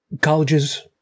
colleges